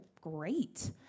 great